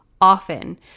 often